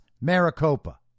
Maricopa